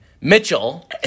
Mitchell